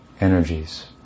energies